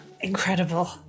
Incredible